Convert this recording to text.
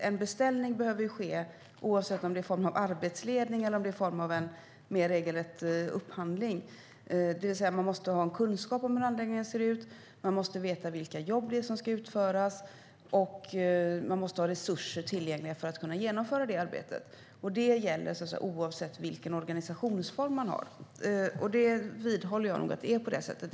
En beställning behöver ju ske oavsett om det är i form av arbetsledning eller om det är i form av en mer regelrätt upphandling. Man måste alltså ha en kunskap om hur anläggningen ser ut, man måste veta vilka jobb det är som ska utföras och man måste ha resurser tillgängliga för att kunna genomföra det arbetet. Detta gäller oavsett vilken organisationsform man har, och jag vidhåller nog att det är på det sättet.